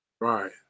Right